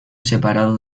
separado